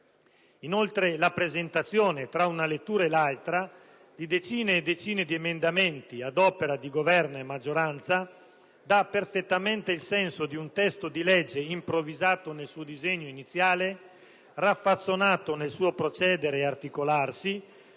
Inoltre, la presentazione, tra una lettura e l'altra, di decine e decine di emendamenti, ad opera di Governo e maggioranza, dà perfettamente il senso di un testo di legge improvvisato nel suo disegno iniziale, raffazzonato nel suo procedere e articolarsi